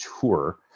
tour